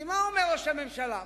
מה אומר ראש הממשלה?